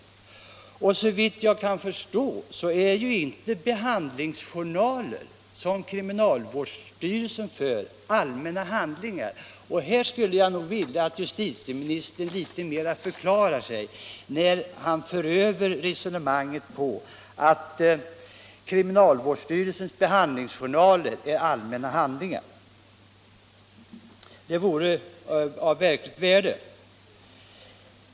Såvitt jag kan förstå är kriminalvårdsstyrelsens behandlingsjournaler inte allmänna handlingar. Jag skulle vilja att justitieministern litet mer förklarar sig, när han för över resonemanget på att kriminalvårdsstyrelsens behandlingsjournaler är allmänna handlingar. Ett besked vore av värde.